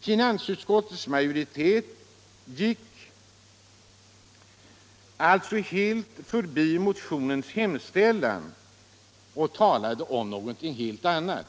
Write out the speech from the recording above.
Finansutskottets majoritet gick alltså helt förbi motionens hemställan och talade om något helt annat.